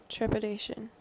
Trepidation